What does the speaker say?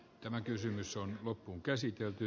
tämä kysymys on loppuun keskusteluun